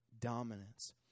dominance